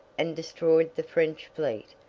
and destroyed the french fleet,